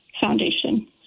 Foundation